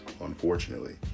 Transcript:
unfortunately